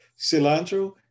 Cilantro